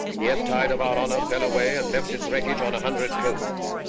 the ebb tide of our honor fell away and left its wreckage on a hundred coasts.